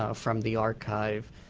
ah from the archive.